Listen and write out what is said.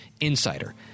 insider